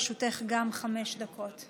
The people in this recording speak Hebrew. אנחנו נדרוש את כל הזכויות שמגיעות